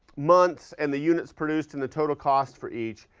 months and the units produced and the total cost for each.